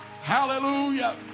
Hallelujah